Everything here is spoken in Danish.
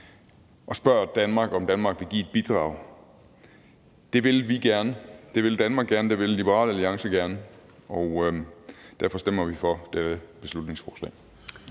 og spørger Danmark, om Danmark vil give et bidrag. Det vil vi gerne. Det vil Danmark gerne. Det vil Liberal Alliance gerne, og derfor stemmer vi for dette beslutningsforslag.